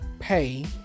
Pay